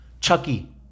Chucky